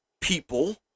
people